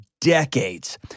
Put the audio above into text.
decades